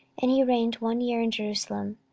and he reigned one year in jerusalem.